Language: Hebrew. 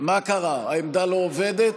מה קרה, העמדה לא עובדת?